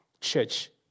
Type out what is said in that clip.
church